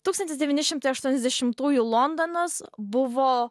tūkstantis devyni šimtai aštuoniasdešimtųjų londonas buvo